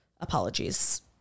apologies